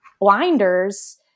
blinders